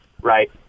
right